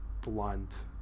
blunt